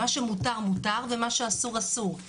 מה שמותר - מותר ומה שאסור - אסור.